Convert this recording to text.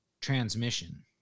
transmission